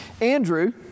Andrew